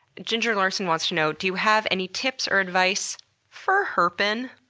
ginger larsen wants to know do you have any tips or advice for herpin'?